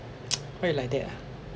why I like that ah